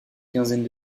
quinzaine